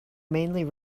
mainly